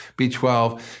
B12